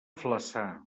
flaçà